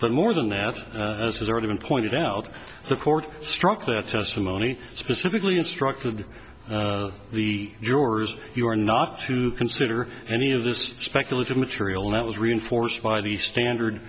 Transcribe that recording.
but more than that as has already been pointed out the court struck that testimony specifically instructed the jurors you're not to consider any of this speculative material that was reinforced by the standard